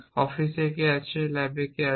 অফিসে কে আছে ল্যাবে কে আছে